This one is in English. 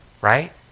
Right